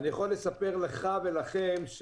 אני יכול לספר לך ולכם,